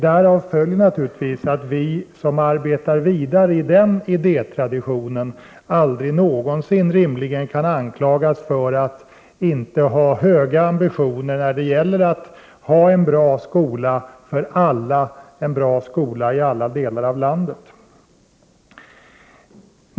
Därav följer naturligtvis att vi som arbetar vidare i den idétraditionen rimligen aldrig någonsin kan anklagas för att inte ha höga ambitioner när det gäller att förverkliga en bra skola för alla, en bra skola i alla delar av landet.